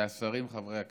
חברי הכנסת,